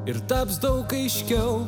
ir taps daug aiškiau